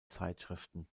zeitschriften